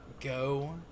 go